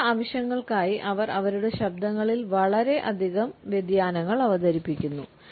പ്രത്യേക ആവശ്യങ്ങൾക്കായി അവർ അവരുടെ ശബ്ദങ്ങളിൽ വളരെയധികം വ്യതിയാനങ്ങൾ അവതരിപ്പിക്കുന്നു